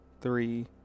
three